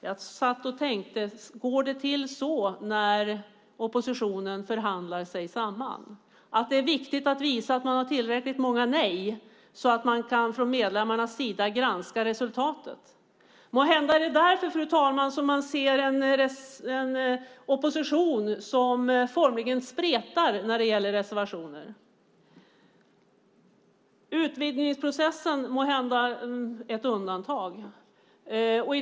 Jag funderade på om det är så det går till när oppositionen förhandlar sig samman, att det är viktigt att visa att man har tillräckligt många nej så att medlemmarna kan granska resultatet. Måhända är det därför vi ser en opposition som spretar när det gäller reservationer. Utvidgningsprocessen är kanhända ett undantag.